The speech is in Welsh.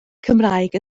cymraeg